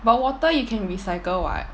but water you can recycle [what]